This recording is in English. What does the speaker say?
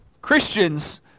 Christians